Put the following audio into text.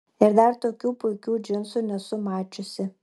ir dar tokių puikių džinsų nesu mačiusi